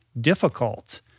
difficult